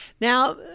Now